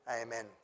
amen